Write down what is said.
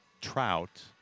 Trout